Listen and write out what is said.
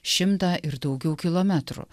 šimtą ir daugiau kilometrų